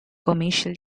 commercial